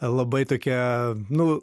labai tokia nu